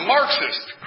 Marxist